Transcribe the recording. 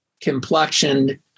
complexioned